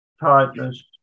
tightness